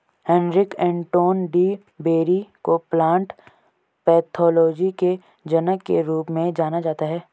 Heinrich Anton de Bary को plant pathology के जनक के रूप में जाना जाता है